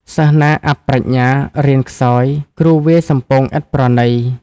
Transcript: សិស្សណាអាប់ប្រាជ្ញា រៀនខ្សោយ គ្រូវាយសំពងឥតប្រណី ។